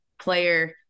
player